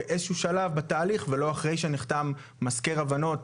באיזשהו שלב בתהליך ולא אחרי שנחתם מזכר הבנות,